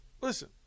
listen